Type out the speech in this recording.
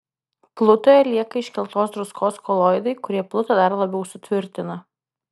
plutoje lieka iškeltos druskos koloidai kurie plutą dar labiau sutvirtina